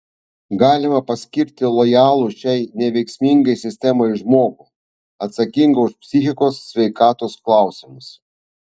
galima paskirti lojalų šiai neveiksmingai sistemai žmogų atsakingą už psichikos sveikatos klausimus